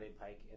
Pike